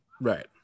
right